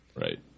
Right